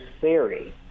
theory